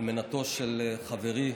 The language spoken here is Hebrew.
אלמנתו של חברי,